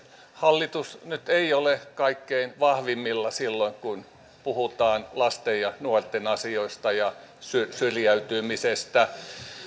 hallitus nyt ei ole kaikkein vahvimmilla silloin kun puhutaan lasten ja nuorten asioista ja syrjäytymisestä